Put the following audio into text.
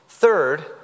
Third